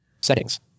Settings